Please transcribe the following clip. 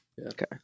Okay